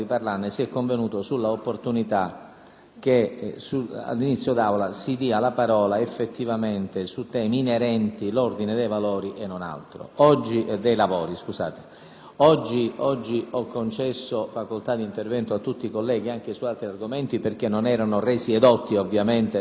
che, all'inizio della seduta, si dia la parola effettivamente su temi inerenti l'ordine dei lavori e non altro. Questa mattina ho concesso facoltà di intervento a tutti i colleghi anche su altri argomenti perché non erano resi edotti, ovviamente, della decisione della Conferenza dei Capigruppo e quindi